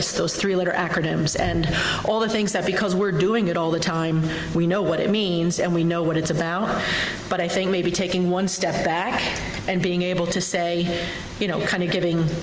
those three letter acronyms and all the things that because we're doing it all the time we know what it means and we know what it's about but i think maybe taking one step back and being able to say you know, kind of giving.